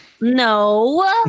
No